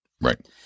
Right